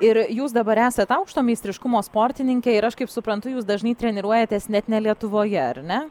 ir jūs dabar esat aukšto meistriškumo sportininkė ir aš kaip suprantu jūs dažnai treniruojatės net ne lietuvoje ar ne